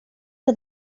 que